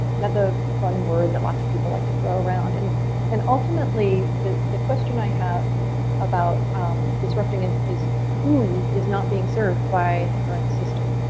the fun word that lots of people like to throw around. and and ultimately, the the question i had about disrupting is is who is not being served by the current system?